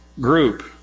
group